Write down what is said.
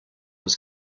was